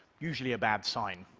usually a bad sign.